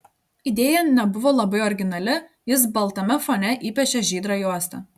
idėja nebuvo labai originali jis baltame fone įpiešė žydrą juostą